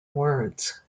words